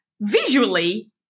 visually